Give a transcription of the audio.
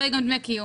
לא יינתנו דמי קיום.